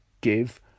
give